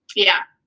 yeah.